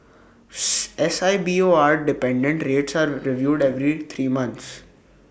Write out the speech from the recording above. S I B O R dependent rates are reviewed every three months